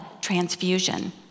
transfusion